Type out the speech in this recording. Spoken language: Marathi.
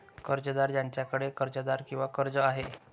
कर्जदार ज्याच्याकडे कर्जदार किंवा कर्ज आहे